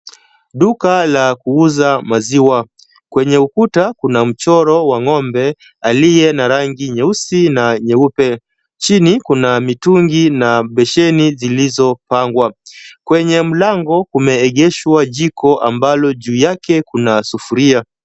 Duka la kuuza maziwa. Kwenye ukuta kuna mchoro wa ng'ombe aliye na rangi nyeusi na nyeupe, chini kuna mitungi na besheni zilizopangwa. Kwenye mlango kumeegeshwa jiko ambalo juu yake kuna sufuria.